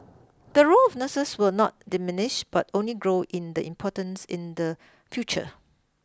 the role of nurses will not diminish but only grow in the importance in the future